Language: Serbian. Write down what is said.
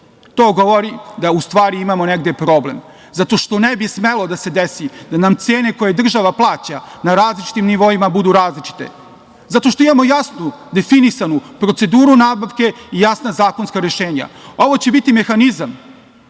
to govori da u stvari imamo negde problem, zato što ne bi smelo da se desi da nam cene koje država plaća na različitim nivoima budu različite, zato što imamo jasnu, definisanu proceduru nabavke i jasna zakonska rešenja. Ovo će biti mehanizam